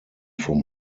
from